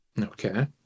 Okay